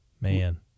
Man